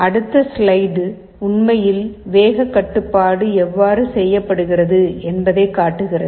அடுத்த ஸ்லைடு உண்மையில் வேகக் கட்டுப்பாடு எவ்வாறு செய்யப்படுகிறது என்பதைக் காட்டுகிறது